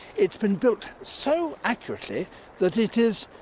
it's been built so accurately that it is,